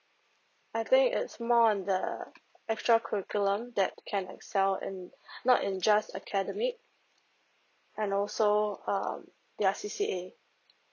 I think it's more on the extra curriculum that can excel and not in just academic and also um ya C_C_A